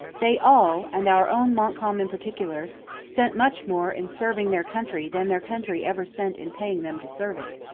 they all and our own montcalm in particular spent much more in serving their country than their country ever spent in paying them to serve it.